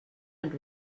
and